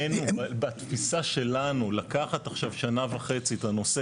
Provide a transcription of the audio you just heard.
בתפיסה שלנו לקחת עכשיו שנה וחצי את הנושא